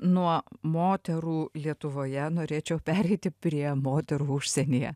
nuo moterų lietuvoje norėčiau pereiti prie moterų užsienyje